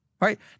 right